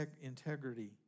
integrity